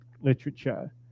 literature